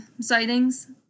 sightings